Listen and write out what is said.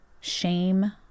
shame